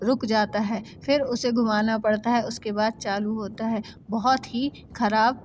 रुक जाता है फिर उसे घुमाना पड़ता है उसके बाद चालू होता है बहुत ही खराब